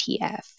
ETF